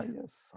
Yes